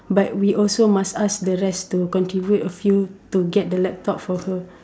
but we also must ask the rest to contribute a few to get the laptop for her